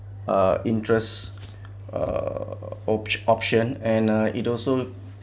uh interest uh opt~ option and uh it also